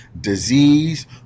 disease